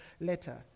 letter